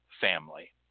family